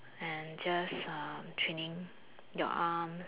and just uh training your arms